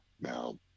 Now